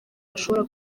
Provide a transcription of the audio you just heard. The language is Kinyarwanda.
bashobora